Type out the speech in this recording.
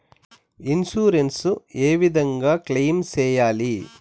Insurance ఏ విధంగా claim సేయాలి?